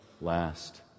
last